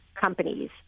companies